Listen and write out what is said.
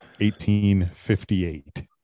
1858